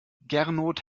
gernot